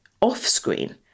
off-screen